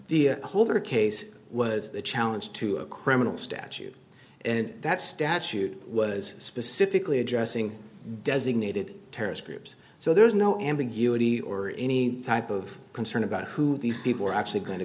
the holder case was a challenge to a criminal statute and that statute was specifically addressing designated terrorist groups so there's no ambiguity or any type of concern about who these people are actually going to